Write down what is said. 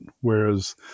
whereas